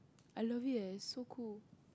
I love it eh it's so cool